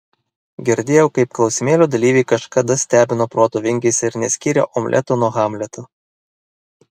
girdėjau kaip klausimėlio dalyviai kažkada stebino proto vingiais ir neskyrė omleto nuo hamleto